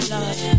Love